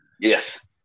Yes